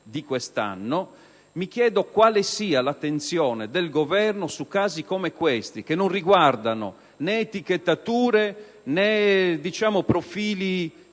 quale sia l'attenzione del Governo a casi come questi, che non riguardano etichettature né profili secondari